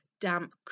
damp